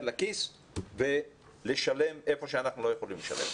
לכיס ולשלם היכן שאנחנו לא יכולים לשלם.